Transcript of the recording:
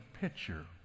picture